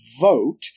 vote